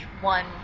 one